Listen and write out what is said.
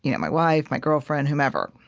you know my wife, my girlfriend, whomever,